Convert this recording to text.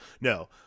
No